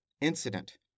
incident